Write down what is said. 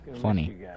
Funny